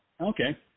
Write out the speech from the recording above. Okay